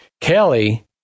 Kelly